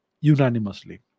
unanimously